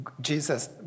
Jesus